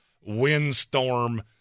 windstorm